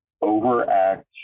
overact